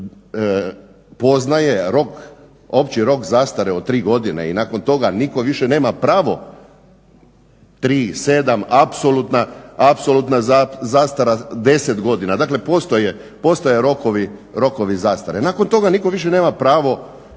poznaje opći rok zastare od tri godine i nakon toga nitko više nema pravo 3, 7 apsolutna zastara 10 godina, dakle postoje rokovi zastare. Nakon toga nitko više nema pravo